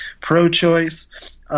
pro-choice